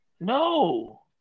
No